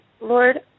Lord